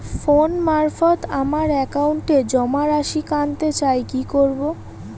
Phone মারফত আমার একাউন্টে জমা রাশি কান্তে চাই কি করবো?